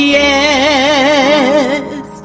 yes